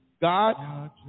God